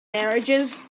marriages